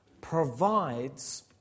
provides